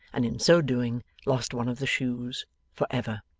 and in so doing lost one of the shoes for ever.